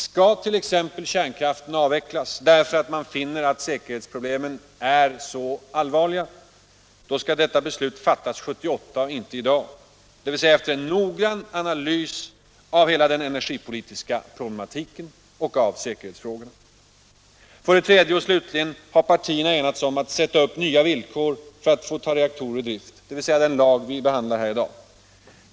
Skall t.ex. kärnkraften avvecklas därför att man finner att säkerhetsproblemen är så allvarliga, då skall det beslutet fattas 1978 och inte i dag, dvs. efter en noggrann analys av hela den energipolitiska problematiken och av säkerhetsfrågorna. För det tredje och slutligen har partierna enats om att sätta upp nya 63 villkor för att få ta reaktorer i drift, dvs. den lag som vi behandlar i dag.